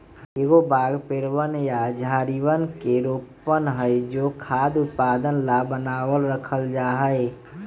एगो बाग पेड़वन या झाड़ियवन के रोपण हई जो खाद्य उत्पादन ला बनावल रखल जाहई